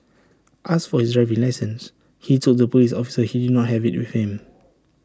asked for his driving licence he told the Police officer he did not have IT with him